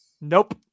Nope